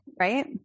right